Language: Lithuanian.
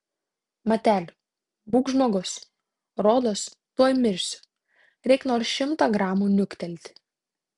mateli būk žmogus rodos tuoj mirsiu reik nors šimtą gramų niuktelti